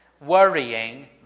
Worrying